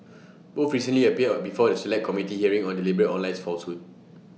both recently appeared before the Select Committee hearing on deliberate online falsehoods